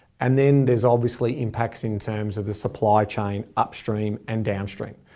and then there's obviously impacts in terms of the supply chain, upstream and downstream.